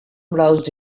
roused